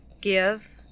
give